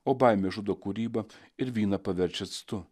o baimė žudo kūrybą ir vyną paverčia actu